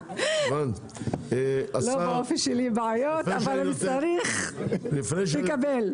לא באופי שלי בעיות, אבל אם צריך תקבל.